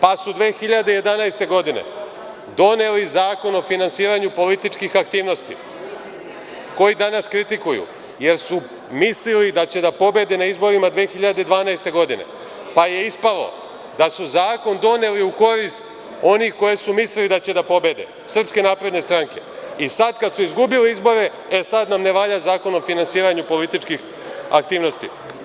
Pa su 2011. godine doneli Zakon o finansiranju političkih aktivnosti koji danas kritikuju, jer su mislili da će da pobede na izborima 2012. godine, pa je ispalo da su zakon doneli u korist onih koji su mislili da će da pobede Srpske napredne stranke i sada kada su izgubili izbore, e sada nam ne valja Zakon o finansiranju političkih aktivnosti.